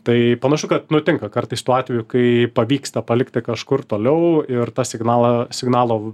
tai panašu kad nutinka kartais tuo atveju kai pavyksta palikti kažkur toliau ir tą signalą signalo